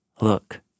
look